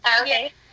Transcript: okay